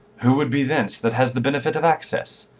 who would be thence that has the benefit of access?